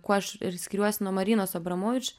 kuo aš skiriuosi nuo marinos abramovič